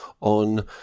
on